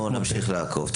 אנחנו נמשיך לעקוב.